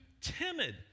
timid